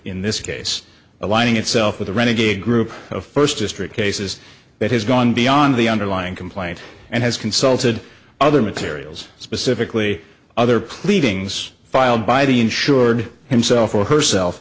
in this case aligning itself with a renegade group of first district cases that has gone beyond the underlying complaint and has consulted other materials specifically other pleadings filed by the insured himself or herself